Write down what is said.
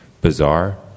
bizarre